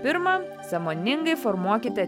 pirma sąmoningai formuokite